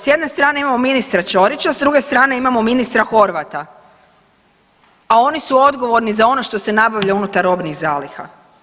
S jedne strane imamo ministra Čorića, s druge strane imamo ministra Horvata, a oni su odgovorni za ono što se nabavlja unutar robnih zaliha.